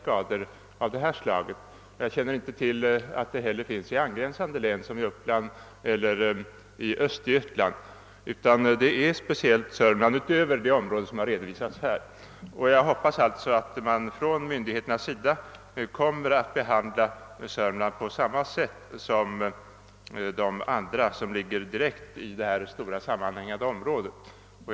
Jag känner inte heller till att det förekommit liknande fall i angränsande län, som Uppland och Östergötland, utan det gäller speciellt Södermanland utöver det område som redovisas i svaret. Jag hoppas alltså att man från myndigheternas sida kommer att behandla Södermanland på samma sätt som de andra län som ligger inom det stora sammanhängande området.